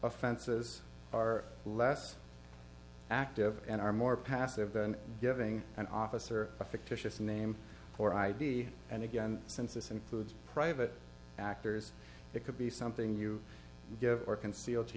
offenses are less active and are more passive than giving an officer a fictitious name or id and again since this includes private actors it could be something you give or conceal to